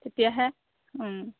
তেতিয়াহে